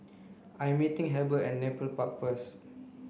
I meeting Heber at Nepal Park first